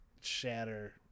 shatter